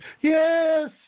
Yes